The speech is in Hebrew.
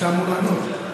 אתה אמור לענות,